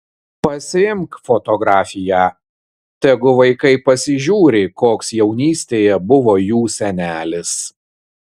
pasiimk fotografiją tegu vaikai pasižiūri koks jaunystėje buvo jų senelis